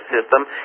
system